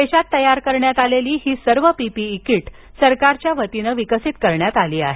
देशात तयार करण्यात आलेली ही सर्व पीपीई किट सरकारच्या वतीनं विकसित करण्यात आली आहेत